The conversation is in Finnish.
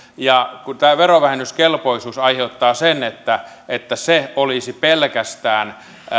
ja kun tämä verovähennyskelpoisuus aiheuttaa sen että se olisi pelkästään